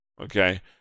Okay